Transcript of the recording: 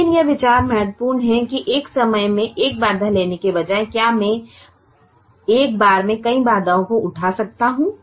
लेकिन यह विचार महत्वपूर्ण है के एक समय में एक बाधा लेने के बजाय क्या मैं एक बार में कई बाधाओं को उठा सकता हूं